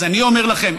אז אני אומר לכם,